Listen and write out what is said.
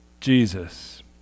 Jesus